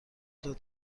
داد